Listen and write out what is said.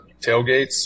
tailgates